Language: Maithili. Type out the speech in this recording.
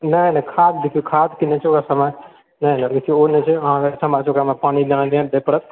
नहि नहि खाद देखिऔ खादके नहि छै ओकरा समय ओ जे छै अहाँके समयसँ ओकरामे पानी दै परत